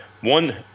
One